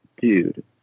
Dude